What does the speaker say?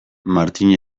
martini